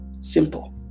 Simple